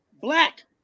black